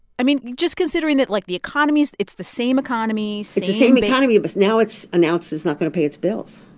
i mean, just considering that, like, the economy's it's the same economy, same. it's the same economy, but now it's announced it's not going to pay its bills.